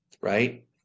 right